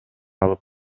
алып